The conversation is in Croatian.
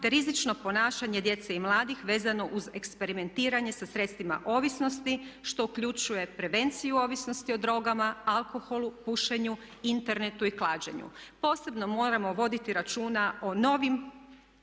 te rizično ponašanje djece i mladih vezano uz eksperimentiranje sa sredstvima ovisnosti što uključuje prevenciju ovisnosti o drogama, alkoholu, pušenju, internetu i klađenju. Posebno moramo voditi računa o novim